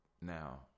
Now